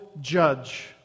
judge